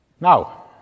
Now